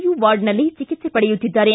you ವಾರ್ಡ್ನಲ್ಲಿ ಚಿಕಿತ್ಸೆ ಪಡೆಯುತ್ತಿದ್ದಾರೆ